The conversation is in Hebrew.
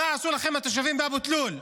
מה עשו לכם התושבים באבו תלול?